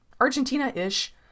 Argentina-ish